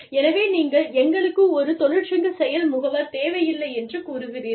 எனவே நீங்கள் எங்களுக்கு ஒரு தொழிற்சங்க செயல் முகவர் தேவையில்லை என்று கூறுகிறீர்கள்